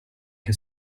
che